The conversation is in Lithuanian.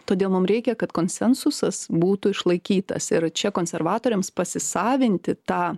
todėl mum reikia kad konsensusas būtų išlaikytas ir čia konservatoriams pasisavinti tą